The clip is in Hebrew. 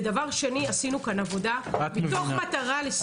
דבר שני, עשינו כאן עבודה מתוך מטרה לסייע.